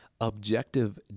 Objective